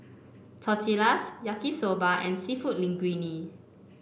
Tortillas Yaki Soba and seafood Linguine